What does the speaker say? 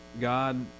God